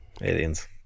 aliens